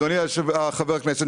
אדוני חבר הכנסת,